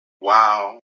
Wow